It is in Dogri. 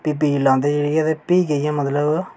ते प्ही बीऽ लांदे न ते प्ही जाइयै मतलब